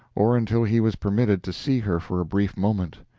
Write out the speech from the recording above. or until he was permitted to see her for a brief moment.